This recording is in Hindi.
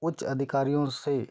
उच्च अधिकारियों से